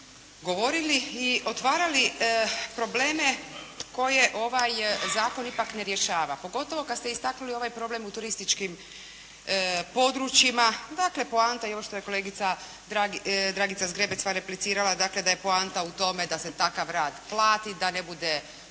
i otvarali probleme koje ovaj zakon ipak ne rješava pogotovo kad ste istaknuli ovaj problem u turističkim područjima. Dakle, poanta je i ovo što je kolegica Dragica Zgrebec vam replicirala, dakle da je poanta u tome da se takav rad plati, da ne bude